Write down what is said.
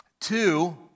Two